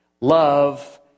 Love